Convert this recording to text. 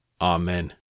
Amen